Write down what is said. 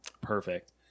perfect